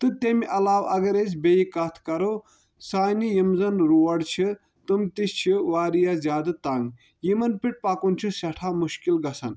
تہٕ تیٚمہِ علاوٕ اَگر أسۍ بیٚیہِ کَتھ کرو سانہِ یِم زَن روڈ چھِ تِم تہِ چھِ واریاہ زیادٕ تنٛگ یِمن پٮ۪ٹھ پَکُن چھُ سٮ۪ٹھاہ مُشکِل گژھان